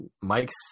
Mike's